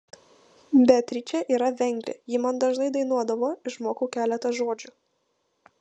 beatričė yra vengrė ji man dažnai dainuodavo išmokau keletą žodžių